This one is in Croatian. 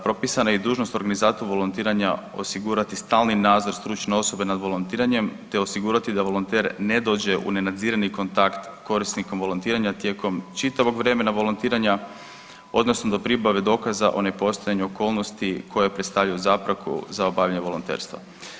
Propisana je i dužnost organizatoru volontiranja osigurati stalni nadzor stručne osobe nad volontiranjem, te osigurati da volonter ne dođe u nenadzirani kontakt s korisnikom volontiranja tijekom čitavog vremena volontiranja odnosno do pribave dokaza o nepostojanju okolnosti koje predstavljaju zapreku za obavljanje volonterstva.